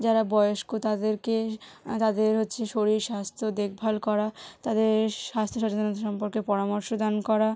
যারা বয়স্ক তাদেরকে তাদের হচ্ছে শরীর স্বাস্থ্য দেখভাল করা তাদের স্বাস্থ্য সচেতনতা সম্পর্কে পরামর্শ দান করা